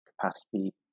capacity